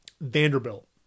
Vanderbilt